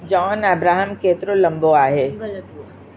John Abraham केतिरो लंबो आहे